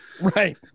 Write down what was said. Right